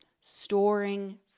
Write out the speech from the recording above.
storing